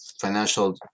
financial